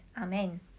Amen